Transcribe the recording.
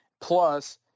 Plus